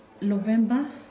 November